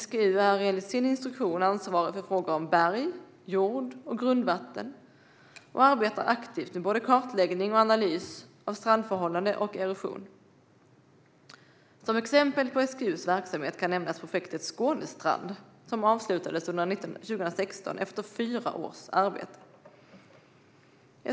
SGU är enligt sin instruktion ansvarig för frågor om berg, jord och grundvatten och arbetar aktivt med både kartläggning och analys av strandförhållanden och erosion. Som exempel på SGU:s verksamhet kan nämnas projektet Skånestrand som avslutades under 2016 efter fyra års arbete.